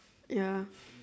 ya